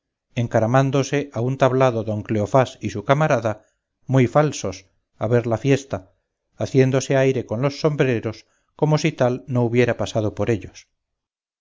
encaramándose a un tablado don cleofás y su camarada muy falsos a ver la fiesta haciéndose aire con los sombreros como si tal no hubiera pasado por ellos